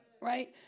right